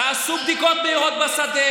תעשו בדיקות בשדה.